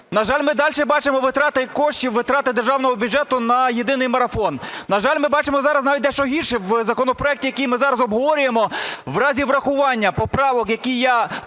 На жаль, ми далі бачимо витрати коштів, витрати державного бюджету на Єдиний марафон. На жаль, ми бачимо зараз навіть дещо гірше, в законопроекті, який ми зараз обговорюємо, в разі врахування поправок, які я